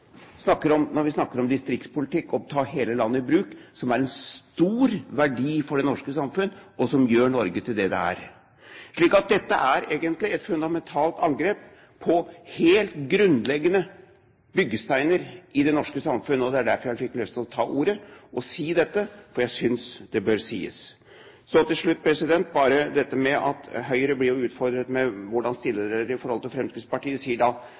snakker pent – snakker om distriktspolitikk og det å ta hele landet i bruk som en stor verdi for det norske samfunnet, og som gjør Norge til det det er. Dette er egentlig et fundamentalt angrep på helt grunnleggende byggesteiner i det norske samfunnet. Det er derfor jeg fikk lyst til å ta ordet og si dette, for jeg synes det bør sies. Så til slutt bare til dette med at Høyre når de blir utfordret med hensyn til hvordan de stiller seg til